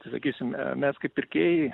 tai sakysim e mes kaip pirkėjai